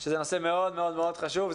זה מאוד מאוד חשוב.